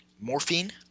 morphine